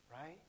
right